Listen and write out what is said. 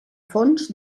fons